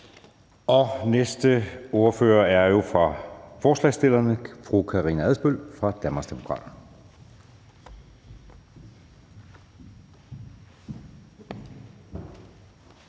Næste ordfører er fra forslagsstillerne. Fru Karina Adsbøl fra Danmarksdemokraterne.